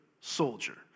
soldier